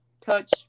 touch